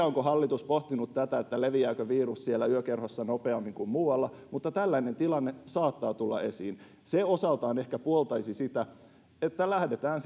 onko hallitus pohtinut tätä että leviääkö virus siellä yökerhossa nopeammin kuin muualla mutta tällainen tilanne saattaa tulla esiin se osaltaan ehkä puoltaisi sitä että lähdetään